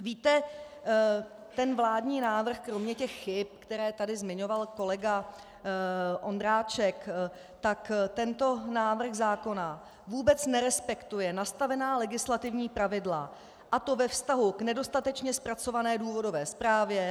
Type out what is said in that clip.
Víte, ten vládní návrh kromě těch chyb, které tady zmiňoval kolega Ondráček, vůbec nerespektuje nastavená legislativní pravidla, a to ve vztahu k nedostatečně zpracované důvodové zprávě.